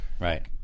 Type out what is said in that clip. Right